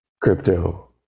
Crypto